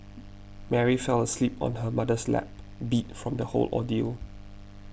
Mary fell asleep on her mother's lap beat from the whole ordeal